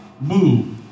move